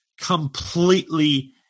completely